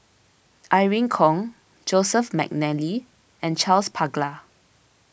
Irene Khong Joseph McNally and Charles Paglar